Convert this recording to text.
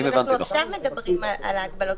אנחנו עכשיו מדברים על ההגבלות.